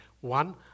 One